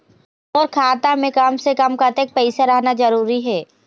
मोर खाता मे कम से से कम कतेक पैसा रहना जरूरी हे?